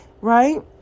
right